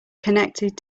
connected